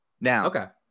Now